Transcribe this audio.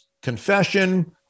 confession